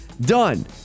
Done